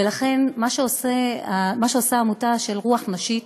ולכן מה שעושה העמותה רוח נשית,